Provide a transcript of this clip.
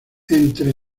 entre